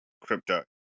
crypto